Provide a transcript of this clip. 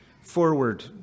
forward